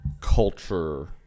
culture